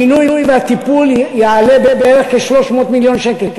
הפינוי והטיפול יעלה בערך 300 מיליון שקל,